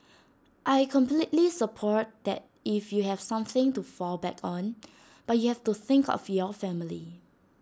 I completely support that if you have something to fall back on but you have to think of your family